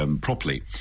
properly